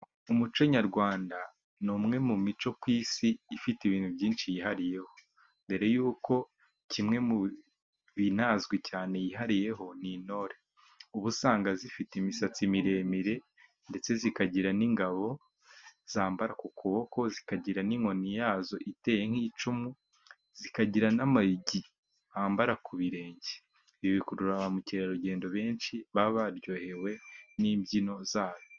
Umuco nyarwanda ni umwe mu mico ku isi ifite ibintu byinshi yihariyeho mbere y'uko kimwe mu binazwi cyane yihariyeho n'intore ubu usanga zifite imisatsi miremire ndetse zikagira n'ingabo zambara ku kuboko zikagira n'inkoni yazo iteye nk'icumu zikagira n'amayugi bambara ku birenge ibi bikurura ba mukerarugendo benshi baba baryohewe n'imbyino zayo.